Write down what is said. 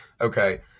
Okay